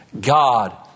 God